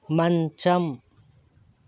మంచం